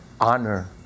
honor